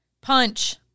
Punch